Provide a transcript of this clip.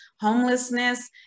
homelessness